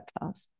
class